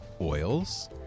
oils